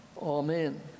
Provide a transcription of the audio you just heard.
Amen